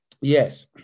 Yes